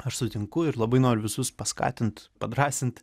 aš sutinku ir labai noriu visus paskatint padrąsint